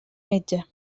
metge